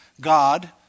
God